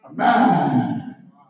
Amen